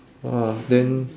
!wah! then